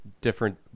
different